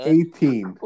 Eighteen